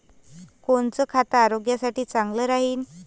कोनचं खत आरोग्यासाठी चांगलं राहीन?